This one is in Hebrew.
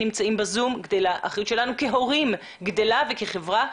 שממשיכים להתקיים גם בסטיסטיקות וגם במספר המשתתפים וגם